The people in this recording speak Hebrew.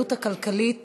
ההתייעלות הכלכלית